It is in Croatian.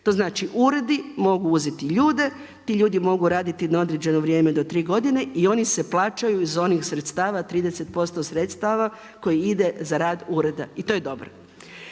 To znači uredi mogu uzeti ljude, ti ljudi mogu raditi na određeno vrijeme do 3 godine i oni se plaćaju iz onih sredstava 30% sredstava koji ide za rad ureda i to je dobro.